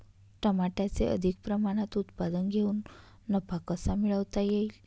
टमाट्याचे अधिक प्रमाणात उत्पादन घेऊन नफा कसा मिळवता येईल?